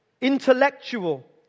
intellectual